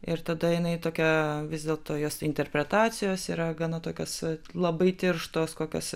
ir tada jinai tokia vis dėlto jos interpretacijos yra gana tokios labai tirštos kokias